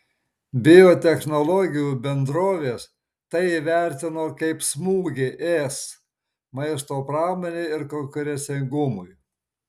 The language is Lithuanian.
biotechnologijų bendrovės tai įvertino kaip smūgį es maisto pramonei ir konkurencingumui